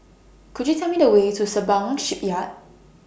Could YOU Tell Me The Way to Sembawang Shipyard